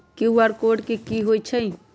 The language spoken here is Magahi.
कियु.आर कोड कि हई छई?